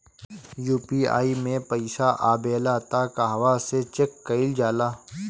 UPI मे पइसा आबेला त कहवा से चेक कईल जाला?